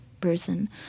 person